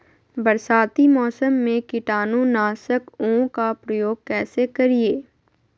बरसाती मौसम में कीटाणु नाशक ओं का प्रयोग कैसे करिये?